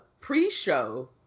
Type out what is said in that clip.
pre-show